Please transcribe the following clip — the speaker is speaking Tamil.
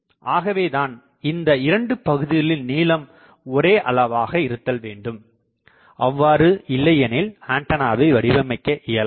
ஆகவேதான் இந்த 2 பகுதிகளின் நீளம் ஒரே அளவாக இருத்தல்வேண்டும் அவ்வாறு இல்லையெனில் ஆண்டனாவை வடிவமைக்கஇயலாது